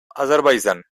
azerbaijan